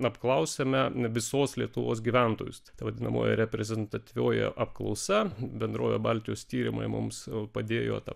apklausėme visos lietuvos gyventojus ta vadinamoji reprezentatyvioji apklausa bendrovė baltijos tyrimai mums padėjo tą